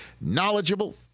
knowledgeable